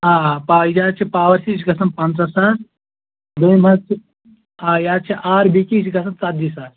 آ آ پَے یہِ حظ چھِ پاوَر سیٖر یہِ چھِ گژھان پنٛژاہ ساس دۄیِم حظ چھِ آ یہِ حظ چھِ آر بی کی یہِ چھِ گژھان ژَتجی ساس